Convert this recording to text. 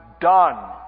done